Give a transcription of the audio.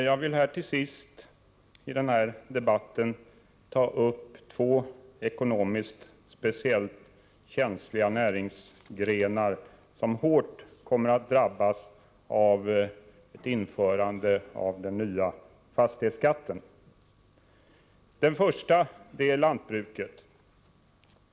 Herr talman! Jag vill till sist i debatten ta upp två ekonomiskt känsliga näringsgrenar som hårt kommer att drabbas av ett införande av den nya fastighetsskatten. Den första är lantbruket.